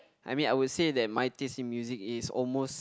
I mean I would say that my taste in music is almost